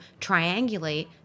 triangulate